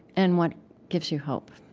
and what gives you hope?